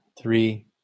Three